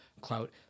clout